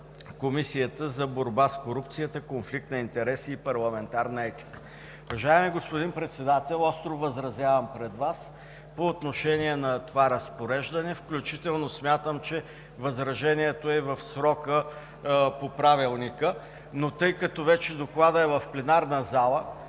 Комисията за борба с корупцията, конфликт на интереси и парламентарна етика. Уважаеми господин Председател, остро възразявам пред Вас по отношение на това разпореждане, включително смятам, че възражението е в срока по Правилника, но тъй като вече Докладът е в пленарната зала,